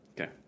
Okay